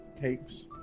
cakes